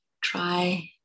try